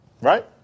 Right